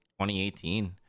2018